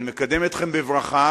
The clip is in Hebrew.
אני מקדם אתכם בברכה,